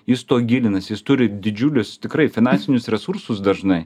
jis tuo gilinasi jis turi didžiulius tikrai finansinius resursus dažnai